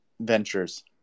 ventures